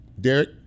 Derek